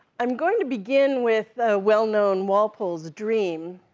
i'm going to begin with a well-known walpole's dream,